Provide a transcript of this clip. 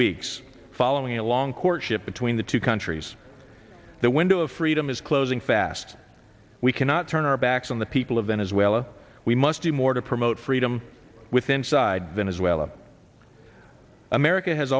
weeks following a long courtship between the two countries the window of freedom is closing fast we cannot turn our backs on the people of venezuela we must do more to promote freedom with inside venezuela america has